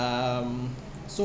um so